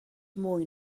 mwy